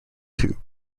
tube